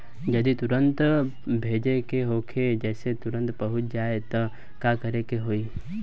जदि तुरन्त भेजे के होखे जैसे तुरंत पहुँच जाए त का करे के होई?